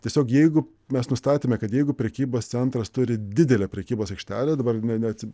tiesiog jeigu mes nustatėme kad jeigu prekybos centras turi didelę prekybos aikštelę dabar net